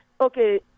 okay